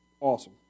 Awesome